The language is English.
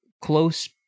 close